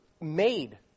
made